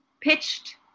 pitched